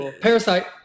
Parasite